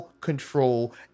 Control